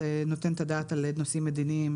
שנותן את הדעת על נושאים מדיניים